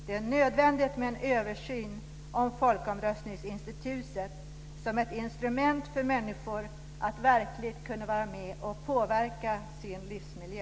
Det är nödvändigt med en översyn av folkomröstningsinstitutet som ett instrument för människor att verkligen vara med och påverka sin livsmiljö.